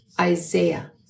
Isaiah